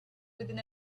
within